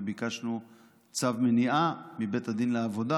וביקשנו צו מניעה מבית הדין לעבודה,